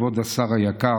כבוד השר היקר.